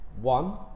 one